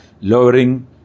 lowering